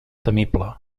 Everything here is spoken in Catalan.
temible